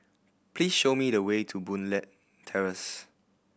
please show me the way to Boon Leat Terrace